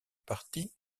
parti